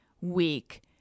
week